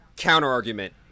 counter-argument